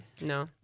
No